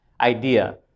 idea